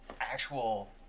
actual